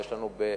ויש לנו אפשרות,